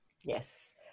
yes